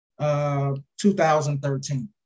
2013